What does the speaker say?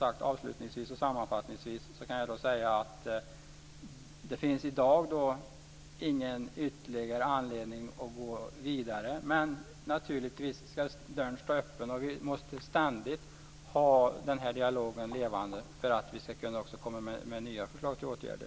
Avslutningsvis och sammanfattningsvis kan jag säga att det i dag inte finns någon ytterligare anledning att gå vidare. Men naturligtvis ska dörren stå öppen. Vi måste ständigt ha den här dialogen levande för att vi också ska komma med nya förslag till åtgärder.